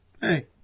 Hey